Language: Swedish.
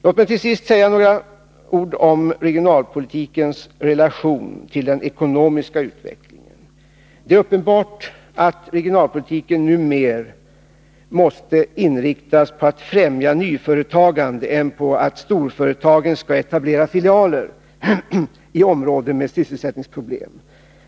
Låt mig till sist säga några ord om regionalpolitikens relation till den ekonomiska utvecklingen. Det är uppenbart att regionalpolitiken nu mer måste inriktas på att främja nyföretagande än på att förmå storföretagen att etablera filialer i områden med sysselsättningsproblem.